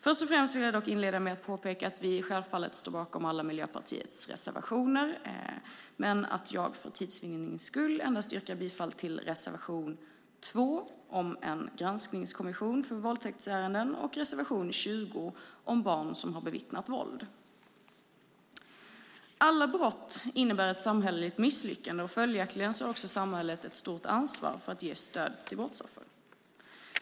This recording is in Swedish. Först och främst vill jag dock påpeka att vi självfallet står bakom alla Miljöpartiets reservationer, men att jag för tids vinnings skull endast yrkar bifall till reservation 2 om en granskningskommission för våldtäktsärenden och reservation 20 om barn som har bevittnat våld. Alla brott innebär ett samhälleligt misslyckande. Följaktligen har samhället ett stort ansvar för att ge stöd till brottsoffer.